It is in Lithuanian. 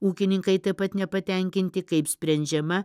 ūkininkai taip pat nepatenkinti kaip sprendžiama